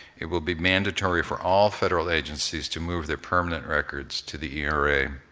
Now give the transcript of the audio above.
it will be mandatory for all federal agencies to move their permanent records to the era.